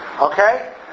Okay